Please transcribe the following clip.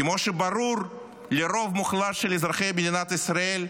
כמו שברור לרוב מוחלט של אזרחי מדינת ישראל,